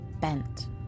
bent